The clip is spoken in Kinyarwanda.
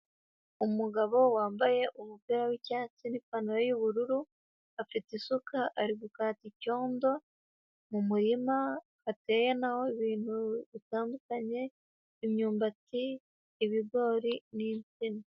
Umugabo wambaye umupira w'icyatsi n'ipantaro y'ubururu, afite isuka ari gukata icyondo mu murima hateye na ho ibintu bitandukanye, imyumbati, ibigori n'insina.